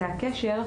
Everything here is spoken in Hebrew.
את פניות הציבור.